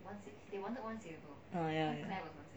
ah ya ya